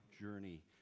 journey